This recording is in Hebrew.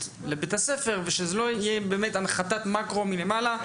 לבית הספר ושזה לא יהיה באמת הנחתת מקרו מלמעלה,